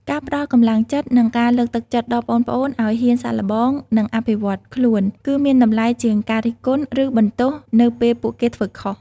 ការផ្ដល់កម្លាំងចិត្ត និងការលើកទឹកចិត្ត ដល់ប្អូនៗឱ្យហ៊ានសាកល្បង និងអភិវឌ្ឍខ្លួន គឺមានតម្លៃជាងការរិះគន់ ឬបន្ទោសនៅពេលពួកគេធ្វើខុស។